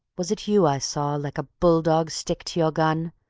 was it you i saw like a bull-dog stick to your gun,